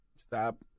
Stop